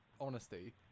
honesty